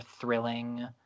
thrilling